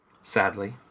Sadly